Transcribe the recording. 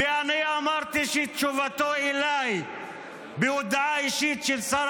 ואני אמרתי שתשובתו אליי בהודעה אישית של שר